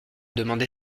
demandé